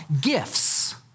gifts